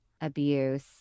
abuse